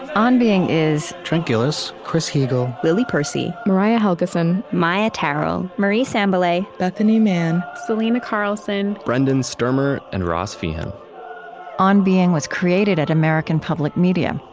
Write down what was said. on being is trent gilliss, chris heagle, lily percy, mariah helgeson, maia tarrell, marie sambilay, bethanie mann, selena carlson, brendan stermer, and ross feehan on being was created at american public media.